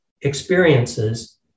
experiences